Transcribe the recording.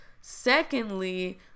secondly